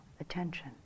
attention